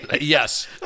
Yes